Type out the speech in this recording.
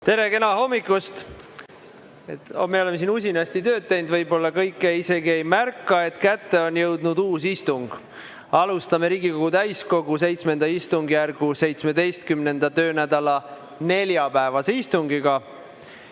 Tere kena hommikust! Me oleme siin usinasti tööd teinud. Võib-olla kõik ei ole isegi märganud, et kätte on jõudnud uus istung. Alustame Riigikogu täiskogu VII istungjärgu 17. töönädala neljapäevast istungit.